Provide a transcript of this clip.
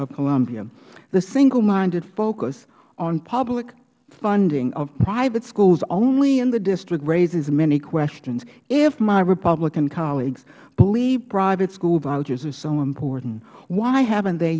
of columbia the single minded focus on public funding of private schools only in the district raises many questions if my republican colleagues believe private school vouchers are so important why haven't they